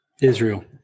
Israel